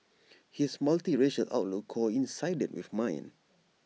his multiracial outlook coincided with mine